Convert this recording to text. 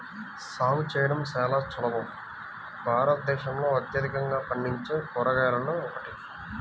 సాగు చేయడం చాలా సులభం భారతదేశంలో అత్యధికంగా పండించే కూరగాయలలో ఒకటి